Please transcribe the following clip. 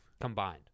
combined